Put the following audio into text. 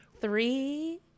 Three